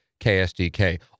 KSDK